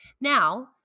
Now